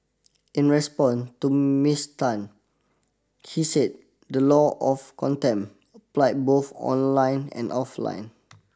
in respond to Miss Tan he said the law of contempt apply both online and offline